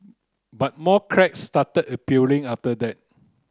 but more cracks started appearing after that